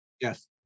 Yes